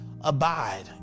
abide